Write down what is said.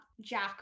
Jack